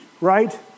right